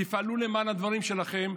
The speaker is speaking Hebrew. תפעלו למען הדברים שלכם,